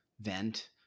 vent